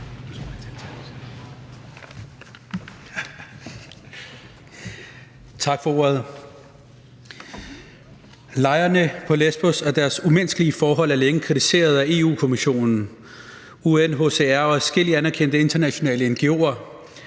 Tak for ordet. Lejrene på Lesbos og deres umenneskelige forhold er længe blevet kritiseret af Europa-Kommissionen, UNHCR og adskillige anerkendte internationale ngo'er